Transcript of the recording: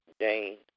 Jane